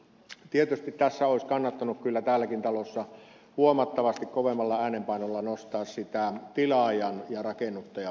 tietysti tässä olisi kannattanut kyllä täälläkin talossa huomattavasti kovemmalla äänenpainolla nostaa tilaajan ja rakennuttajan vastuuta